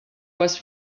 west